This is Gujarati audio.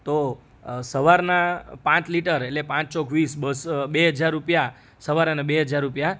તો સવારના પાંચ લિટર એટલે પાંચ ચોક વીસ બે હજાર રૂપિયા સવાર અને બે હજાર રૂપિયા